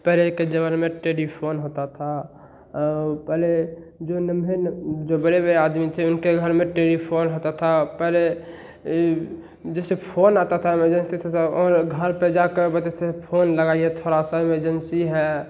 पहले के जमाने में टेलीफोन होता था पहले जो नन्हें न जो बड़े बड़े आदमी थे उनके घर में टेलीफोन होता था पहले जैसे फोन आता था और घर पर जाकर बोलते थे फोन लगाइए थोड़ा सा इमरजेंसी है